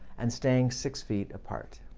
and staying six feet part.